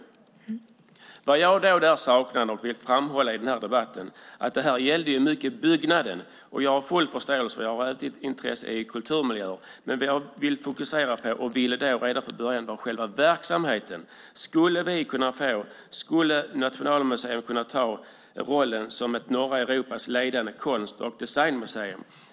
Vad jag vill framhålla i den här debatten är att detta mycket gällde byggnaden. Jag har full förståelse för det, för jag har ett intresse för kulturmiljöer. Men det jag vill fokusera på och ville ha reda på från början var själva verksamheten. Skulle Nationalmuseum kunna ta rollen som norra Europas ledande konst och designmuseum?